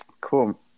Cool